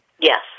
Yes